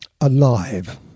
alive